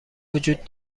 وجود